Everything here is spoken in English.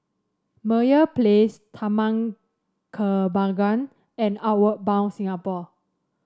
Meyer Place Taman Kembangan and Outward Bound Singapore